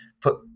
put